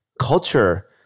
Culture